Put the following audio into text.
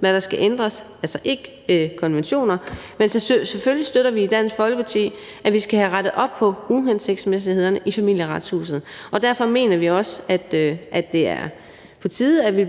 hvad der skal ændres – og altså ikke konventioner. Men selvfølgelig støtter vi i Dansk Folkeparti, at vi skal have rettet op på uhensigtsmæssighederne i Familieretshuset, og derfor mener vi også, at det er på tide, at vi